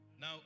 Now